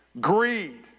greed